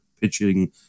pitching